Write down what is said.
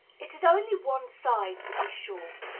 it is only one side, to be sure.